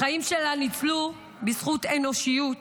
החיים שלה ניצלו בזכות אנושיות